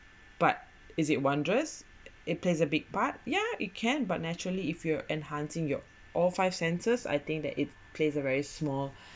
but is it wondrous it plays a big part yeah it can but naturally if you're enhancing your all five senses I think that it plays a very small